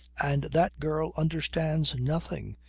and that girl understands nothing.